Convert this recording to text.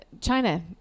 China